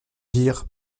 dire